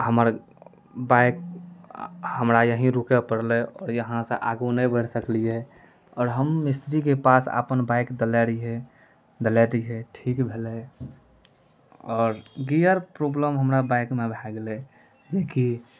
हमर बाइक हमरा यहीँ रुकए पड़लै आओर यहाँ से आगू नहि बढ़ि सकलियै आओर हम मिस्त्रीके पास अपन बाइक दैलए रहियै दैलए रहियै ठीक भेलै आओर गियर प्रॉब्लम हमरा बाइकमे भए गेलै जेकि